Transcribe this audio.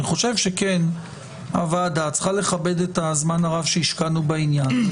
אני חושב שהוועדה צריכה לכבד את הזמן הרב שהשקענו בעניין,